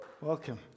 Welcome